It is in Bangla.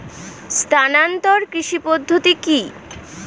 স্থানান্তর কৃষি পদ্ধতি কি?